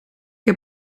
heb